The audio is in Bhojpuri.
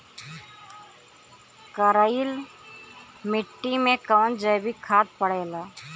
करइल मिट्टी में कवन जैविक खाद पड़ेला?